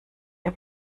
ihr